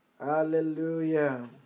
Hallelujah